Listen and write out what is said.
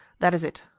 that is it.